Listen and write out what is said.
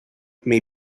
may